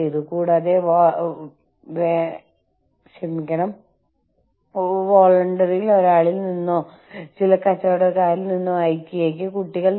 എന്നാൽ അത് കൊക്കകോള അല്ലായിരുന്നു അതായത് ഞങ്ങൾക്ക് അത് അറിയാമായിരുന്നു ചിലപ്പോൾ ഞങ്ങൾ ഹോളിവുഡ് സിനിമകളിലൂടെ അത് കണ്ടിട്ടുണ്ട്